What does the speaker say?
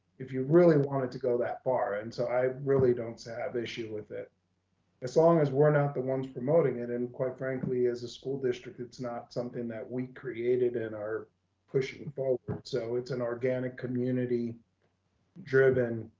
if you really want it to go that far. and so i really don't so have issue with it as long as we're not the ones promoting it. and quite frankly, as a school district, it's not something that we created in our pushing forward. so it's an organic community driven,